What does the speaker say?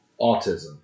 autism